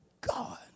God